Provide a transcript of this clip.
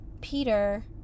Peter